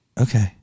Okay